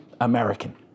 American